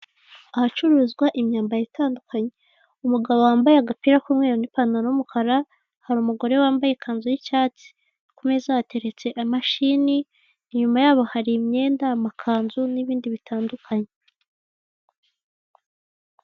Ahacururizwa imyambaro itandukanye, umugabo wambaye agapira k'umweru n nipantaro y'umukara hari umugore wambaye ikanzu y'icyatsi kumeza hateretse imashini inyuma yabo hari imyenda amakanzu n'ibindi bitandukanye.